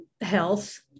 health